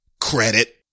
Credit